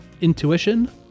intuition